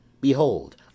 Behold